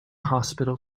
hospital